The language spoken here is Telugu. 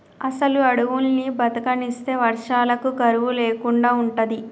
అసలు అడువుల్ని బతకనిస్తే వర్షాలకు కరువు లేకుండా ఉంటది